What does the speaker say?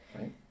right